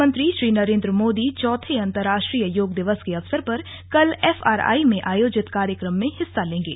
प्रधानमंत्री श्री नरेन्द्र मोदी चौथे अंतरराष्ट्रीय योग दिवस के अवसर पर कल एफआर आई में आयोजित कार्यक्रम में हिस्सा लेंगे